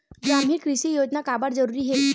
ग्रामीण कृषि योजना काबर जरूरी हे?